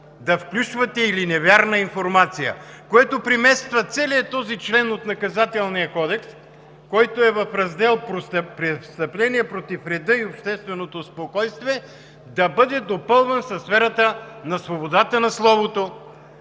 да включвате „или невярна информация“, което премества целия този член от Наказателния кодекс, който е в раздел „Престъпление против реда и общественото спокойствие“, да бъде допълван със сферата на словото,